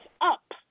up